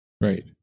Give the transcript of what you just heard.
Right